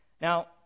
Now